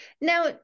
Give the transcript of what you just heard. Now